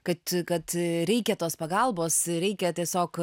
kad kad reikia tos pagalbos reikia tiesiog